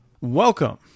Welcome